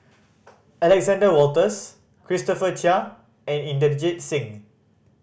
Alexander Wolters Christopher Chia and Inderjit Singh